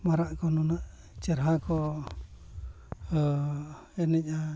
ᱢᱟᱨᱟᱜ ᱠᱚ ᱱᱩᱱᱟᱹᱜ ᱪᱮᱦᱨᱟ ᱠᱚ ᱮᱱᱮᱡᱼᱟ